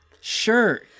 Sure